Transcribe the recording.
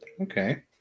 Okay